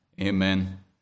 amen